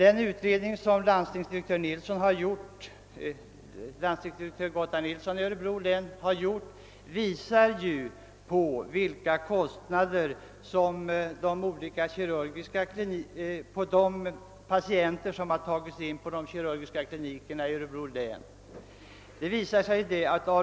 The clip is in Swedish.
En utredning som landstingsdirektör Gotthard Nilsson i Örebro har gjort visar vilka kostnader de patienter som har tagits in på de kirurgiska klinikerna i Örebro län har medfört.